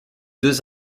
deux